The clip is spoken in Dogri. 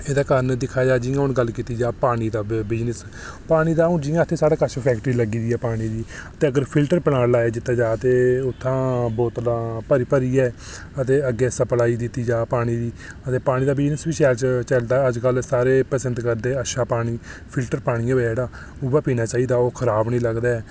ते एह्दे कारण दिक्खेआ जा ते हून गल्ल कीती जा पानी दा बिज़नेस पानी दा ते हून जि'यां साढ़े कश जि'यां फैक्टरी लग्गी दी ऐ पानी दी ते जअगर फिल्टर प्लान लाया दित्ता जा ते उत्थां बोतलां भरी भरियै ते अग्गें सप्लाई दित्ती जा पानी दी ते पानी दा बिज़नेस बी शैल चलदा अज्जकल सारे पसंद करदे अच्छा पानी फिल्टर पानी होऐ जेह्ड़ा उ''ऐ पीना चाहिदा ओह् खराब निं लगदा ऐ